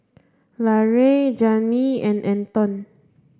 Larae Jamil and Anton